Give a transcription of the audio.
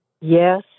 Yes